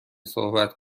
صحبت